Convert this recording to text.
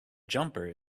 jumper